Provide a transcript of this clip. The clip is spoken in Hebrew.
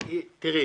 תראי,